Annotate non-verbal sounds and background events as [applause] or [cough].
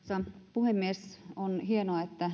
puhemies on hienoa että [unintelligible]